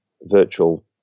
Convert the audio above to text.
virtual